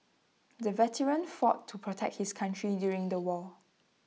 the veteran fought to protect his country during the war